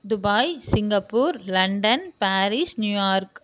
Dubai Singapore London Paris New York